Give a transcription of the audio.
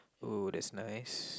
!oo! that's nice